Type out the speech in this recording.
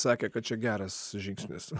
sakė kad čia geras žingsnis